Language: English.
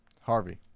Harvey